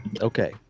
Okay